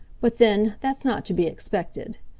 but then, that's not to be expected.